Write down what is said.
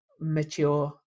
mature